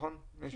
נכון?